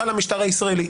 חל המשטר הישראלי,